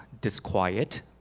Disquiet